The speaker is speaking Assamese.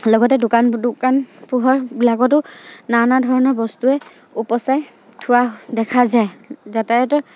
লগতে দোকান দোকান পোহাৰবিলাকতো নানা ধৰণৰ বস্তুৱে উপচাই থোৱা দেখা যায় যাতায়তৰ